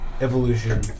Evolution